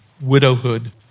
widowhood